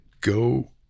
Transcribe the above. go